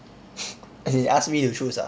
as in ask me to choose ah